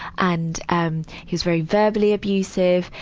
and and he was very verbally abusive.